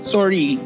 Sorry